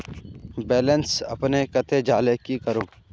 Balance अपने कते जाले की करूम?